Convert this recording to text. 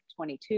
22